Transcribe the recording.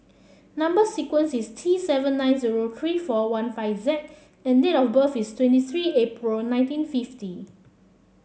number sequence is T seven nine zero three four one five Z and date of birth is twenty three April nineteen fifty